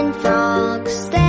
Frogs